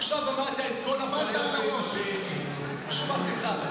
עכשיו אמרת את כל הבעיה במשפט אחד.